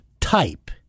type